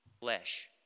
Flesh